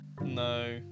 no